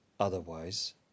Otherwise